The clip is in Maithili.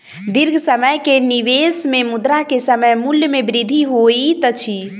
दीर्घ समय के निवेश में मुद्रा के समय मूल्य में वृद्धि होइत अछि